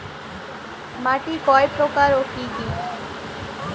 মাটি কয় প্রকার ও কি কি?